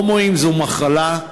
הומואים זו מחלה,